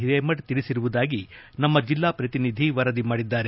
ಹಿರೇಮಠ್ ತಿಳಿಸಿರುವುದಾಗಿ ನಮ್ಮ ಜೆಲ್ಲಾ ಪ್ರತಿನಿಧಿ ವರದಿ ಮಾಡಿದ್ದಾರೆ